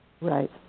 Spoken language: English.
Right